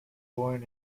born